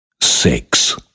Six